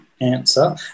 answer